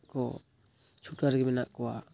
ᱠᱚ ᱪᱷᱩᱴᱟᱹᱣ ᱨᱮᱜᱮ ᱢᱮᱱᱟᱜ ᱠᱚᱣᱟ